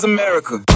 America